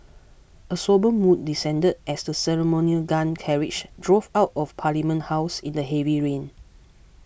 a sombre mood descended as the ceremonial gun carriage drove out of Parliament House in the heavy rain